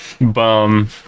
Bum